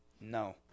No